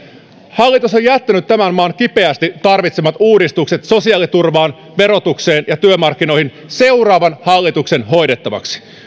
hallitus on jättänyt tämän maan kipeästi tarvitsemat uudistukset sosiaaliturvaan verotukseen ja työmarkkinoihin seuraavan hallituksen hoidettavaksi